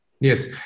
yes